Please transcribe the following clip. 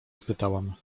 spytałam